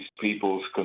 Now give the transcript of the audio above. people's